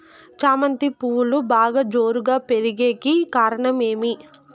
చామంతి పువ్వులు బాగా జోరుగా పెరిగేకి కారణం ఏమి?